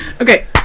okay